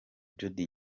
jody